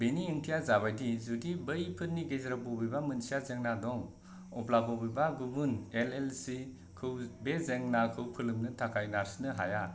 बेनि ओंथिया जाबायदि जुदि बैफोरनि गेजेराव बबेबा मोनसेहा जेंना दं अब्ला बबेबा गुबुन एल एल सि खौ बे जेंनाखौ फोलोमनो थाखाय नारसिननो हाया